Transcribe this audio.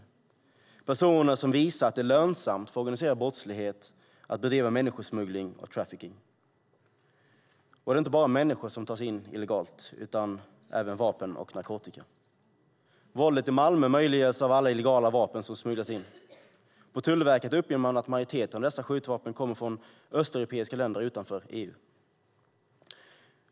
Det är personer som visar att det är lönsamt för organiserad brottslighet att bedriva människosmuggling och trafficking. Det är inte bara människor som tar sig in illegalt, utan även vapen och narkotika kommer in. Våldet i Malmö möjliggörs av alla illegala vapen som har smugglats in. På Tullverket uppger man att majoriteten av dessa skjutvapen kommer från östeuropeiska länder utanför EU.